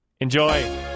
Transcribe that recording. Enjoy